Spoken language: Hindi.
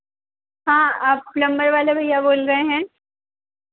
हाँ आप प्लम्बर वाले भैया बोल रहे हैं